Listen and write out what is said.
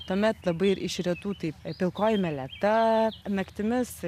tuomet labai iš retų tai pilkoji meleta naktimis